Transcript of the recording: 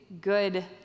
good